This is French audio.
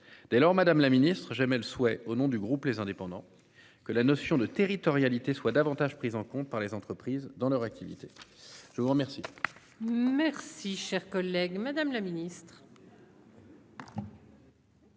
Dès lors, Madame la Ministre j'émets le souhait au nom du groupe les indépendants. Que la notion de territorialité soit davantage pris en compte par les entreprises dans leur activité. Je vous remercie. Merci cher collègue Madame la Ministre.